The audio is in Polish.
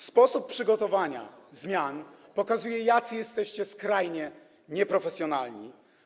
Sposób przygotowania zmian pokazuje, jacy jesteście skrajnie nieprofesjonalni.